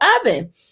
oven